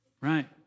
Right